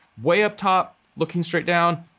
way up top, looking straight down,